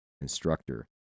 instructor